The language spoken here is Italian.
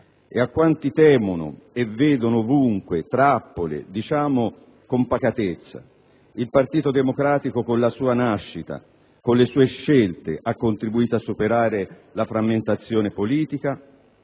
E a quanti temono e vedono ovunque trappole diciamo con pacatezza: il Partito Democratico, con la sua nascita, con le sue scelte, ha contribuito a superare la frammentazione politica,